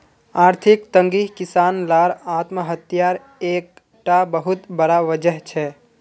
आर्थिक तंगी किसान लार आत्म्हात्यार एक टा बहुत बड़ा वजह छे